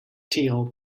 teal